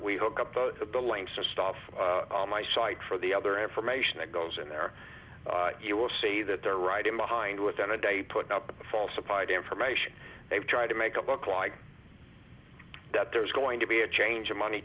we hook up the links or stuff on my site for the other information that goes in there you will see that they're writing behind within a day put up falsified information they've tried to make us look like that there is going to be a change in money